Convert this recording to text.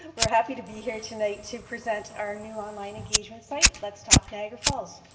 and we're happy to be here tonight to present our new online engagement site, let's talk niagara falls.